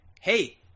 hey